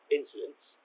incidents